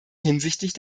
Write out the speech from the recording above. hinsichtlich